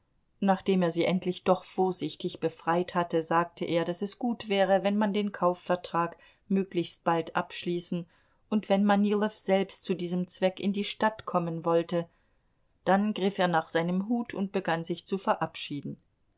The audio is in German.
nachdem er sie endlich doch vorsichtig befreit hatte sagte er daß es gut wäre wenn man den kaufvertrag möglichst bald abschließen und wenn manilow selbst zu diesem zweck in die stadt kommen wollte dann griff er nach seinem hut und begann sich zu verabschieden